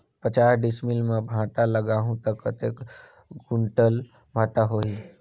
पचास डिसमिल मां भांटा लगाहूं ता कतेक कुंटल भांटा होही?